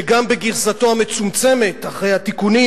שגם בגרסתו המצומצמת אחרי התיקונים,